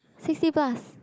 sixty plus